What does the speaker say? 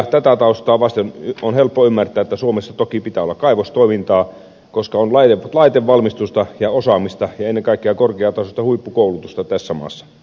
tätä taustaa vasten on helppo ymmärtää että suomessa toki pitää olla kaivostoimintaa koska on laitevalmistusta ja osaamista ja ennen kaikkea korkeatasoista huippukoulutusta tässä maassa